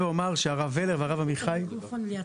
אני אתחיל ואומר שהרב ולר והרב עמיחי עושים